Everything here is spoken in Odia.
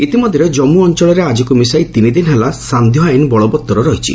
ଇତିମଧ୍ୟରେ କମ୍ମୁ ଅଞ୍ଚଳରେ ଆକ୍ରିକୁ ମିଶାଇ ତିନି ଦିନ ହେଲା ସାନ୍ଧ୍ୟ ଆଇନ ବଳବତ୍ତର ରହିଛି